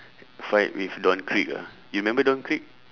fight with don krieg ah you remember don krieg